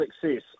success